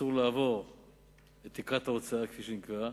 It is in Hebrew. ואסור לעבור את תקרת ההוצאה, כפי שנקבעה,